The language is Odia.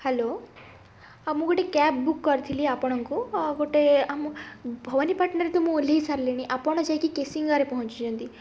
ହ୍ୟାଲୋ ହଁ ମୁଁ ଗୋଟେ କ୍ୟାବ୍ ବୁକ୍ କରିଥିଲି ଆପଣଙ୍କୁ ଆଉ ଗୋଟେ ଆମ ଭବାନୀପାଟଣାରେ ତ ମୁଁ ଓହ୍ଲେଇ ସାରିଲିଣି ଆପଣ ଯାଇକି କେଶିଙ୍ଗାରେ ପହଞ୍ଚିଛନ୍ତି